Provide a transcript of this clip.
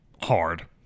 hard